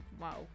Wow